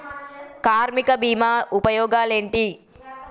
కార్మిక బీమా ఉపయోగాలేంటి?